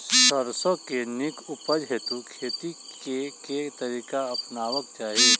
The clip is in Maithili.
सैरसो केँ नीक उपज हेतु खेती केँ केँ तरीका अपनेबाक चाहि?